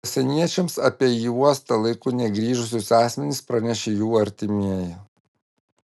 pasieniečiams apie į uostą laiku negrįžusius asmenis pranešė jų artimieji